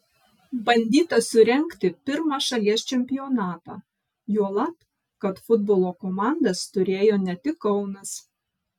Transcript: bandyta surengti pirmą šalies čempionatą juolab kad futbolo komandas turėjo ne tik kaunas